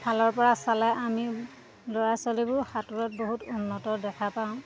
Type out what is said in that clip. ফালৰ পৰা চালে আমি ল'ৰা ছোৱালীবোৰ সাঁতোৰত বহুত উন্নত দেখা পাওঁ